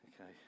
Okay